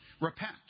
Repent